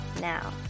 now